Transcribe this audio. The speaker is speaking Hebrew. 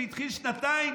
שנתיים,